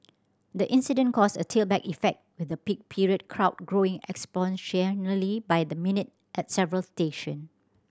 the incident caused a tailback effect with the peak period crowd growing exponentially by the minute at several station